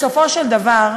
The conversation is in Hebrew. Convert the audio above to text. בסופו של דבר,